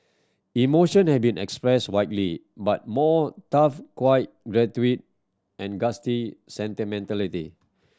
emotion have been expressed widely but more tough quiet and sentimentality